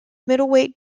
middleweight